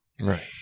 Right